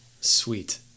Sweet